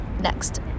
Next